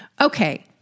Okay